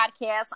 podcast